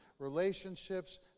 Relationships